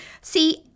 See